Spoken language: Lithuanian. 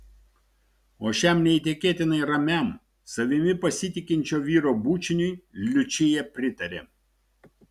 o šiam neįtikėtinai ramiam savimi pasitikinčio vyro bučiniui liučija pritarė